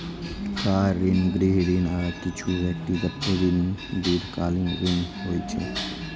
car ऋण, गृह ऋण, आ किछु व्यक्तिगत ऋण दीर्घकालीन ऋण होइ छै